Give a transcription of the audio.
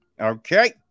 Okay